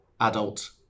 adult